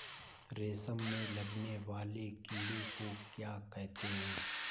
रेशम में लगने वाले कीड़े को क्या कहते हैं?